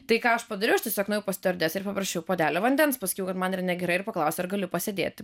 tai ką aš padariau aš tiesiog nuėjau pas stiuardesę ir paprašiau puodelio vandens paskiau kad man yra negerai ir paklausiau ar galiu pasėdėti